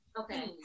Okay